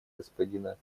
господина